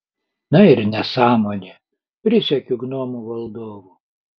na ir nesąmonė prisiekiu gnomų valdovu